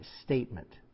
statement